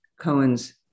Cohen's